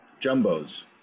Jumbos